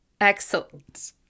Excellent